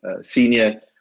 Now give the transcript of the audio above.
senior